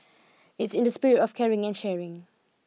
it's in the spirit of caring and sharing